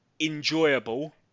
enjoyable